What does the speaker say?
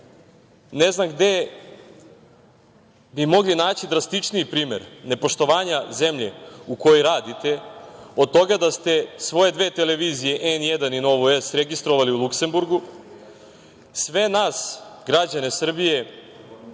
ne znam gde bi mogli naći drastičniji primer nepoštovanja zemlje u kojoj radite od toga da ste svoje dve televizije, N1 i Novu S registrovali u Luksemburgu. Sve nas građane Srbije